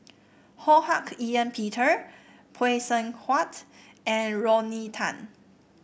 Ho Hak Ean Peter Phay Seng Whatt and Rodney Tan